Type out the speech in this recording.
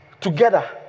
together